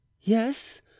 Yes